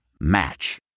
Match